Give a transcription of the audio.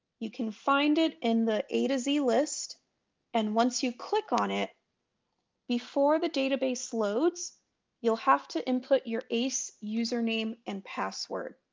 you can find it in the a to z list and once you click on it before the database loads you'll have to input your ace username and password.